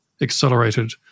accelerated